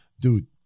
dude